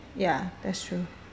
ya that's true